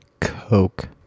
Coke